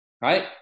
Right